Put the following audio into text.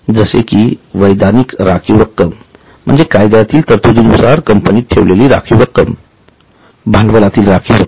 जसे की वैधानिक राखीव कायद्यातील तरतुदीनुसार ठेवलेली राखीव रक्कम भांडवलातील राखीव रक्कम